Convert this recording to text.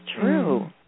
true